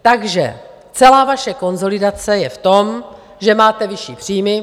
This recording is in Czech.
Takže celá vaše konsolidace je v tom, že máte vyšší příjmy.